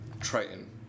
Triton